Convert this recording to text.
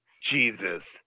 Jesus